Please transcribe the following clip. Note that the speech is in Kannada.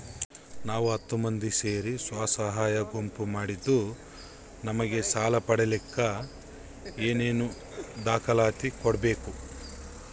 ನಾವು ಹತ್ತು ಮಂದಿ ಸೇರಿ ಸ್ವಸಹಾಯ ಗುಂಪು ಮಾಡಿದ್ದೂ ನಮಗೆ ಸಾಲ ಪಡೇಲಿಕ್ಕ ಏನೇನು ದಾಖಲಾತಿ ಕೊಡ್ಬೇಕು?